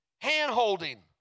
hand-holding